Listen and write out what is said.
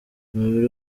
umubiri